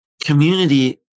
Community